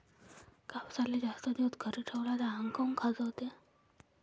कापसाले जास्त दिवस घरी ठेवला त आंग काऊन खाजवते?